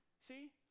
See